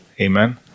Amen